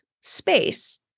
space